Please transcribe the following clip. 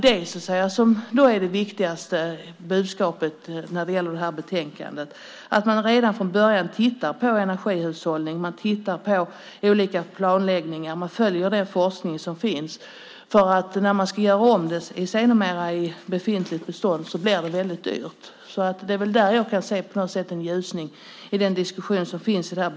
Det viktigaste budskapet i betänkandet är att man redan från början ska titta på energihushållningen och på olika planläggningar och att man följer den forskning som finns, för när man sedan ska göra om i det befintliga beståndet blir det väldigt dyrt. Det är väl där som jag i diskussionen i samband med det här betänkandet kan se en ljusning.